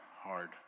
Hard